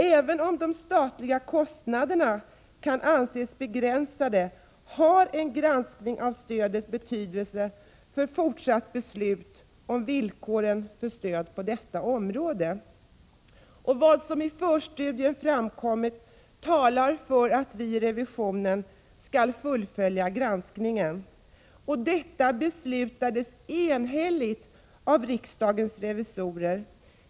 Även om de statliga kostnaderna kan anses begränsade, har en granskning av stödet betydelse för fortsatta beslut om villkoren för stöd på detta område. Vad som har framkommit i förstudien talar för att vi vid revisionen skall fullfölja granskningen, och detta beslutades enhälligt av riksdagens revisorer.